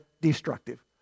destructive